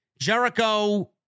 Jericho